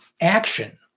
action